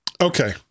Okay